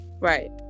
right